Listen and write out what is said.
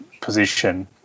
position